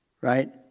Right